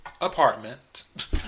apartment